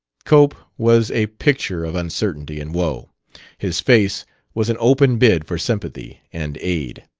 cope was a picture of uncertainty and woe his face was an open bid for sympathy and aid.